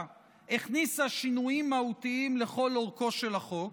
הכניסה שינויים מהותיים לכל אורכו של החוק,